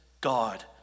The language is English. God